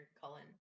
Cullen